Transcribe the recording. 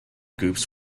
groups